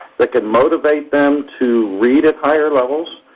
that can motivate them to read at higher levels,